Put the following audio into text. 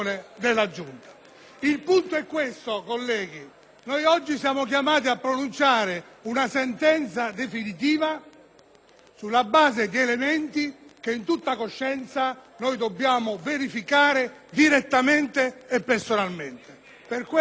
il punto è questo: noi oggi siamo chiamati a pronunciare una sentenza definitiva sulla base di elementi che, in tutta coscienza, dobbiamo verificare direttamente e personalmente. GARAVAGLIA Mariapia